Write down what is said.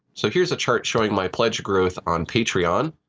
so here's a chart showing my pledge growth on patreon.